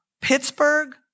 Pittsburgh